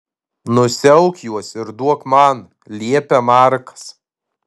nusiauk juos ir duok man liepia markas